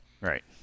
Right